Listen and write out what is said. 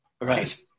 Right